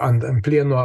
ant ant plieno